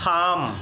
থাম